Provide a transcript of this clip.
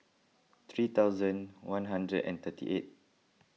three thousand one hundred and thirty eight